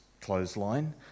clothesline